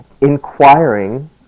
inquiring